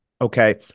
okay